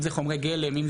אם זה חומרי גלם?